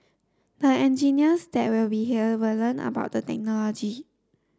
the engineers that will be here will learn about the technology